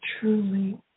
truly